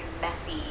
messy